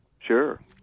Sure